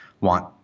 want